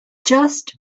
just